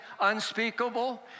unspeakable